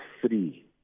three